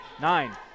Nine